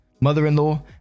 Mother-in-law